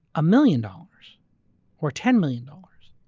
ah million dollars or ten million dollars.